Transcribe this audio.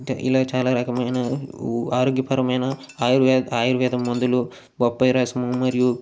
ఇలా చాలా రకమైన ఊ ఆరోగ్యపరమైన ఆయుర్వే ఆయుర్వేదం మందులు బొప్పాయి రసము మరియు